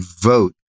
vote